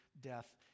death